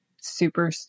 super